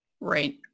Right